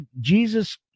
Jesus